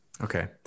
Okay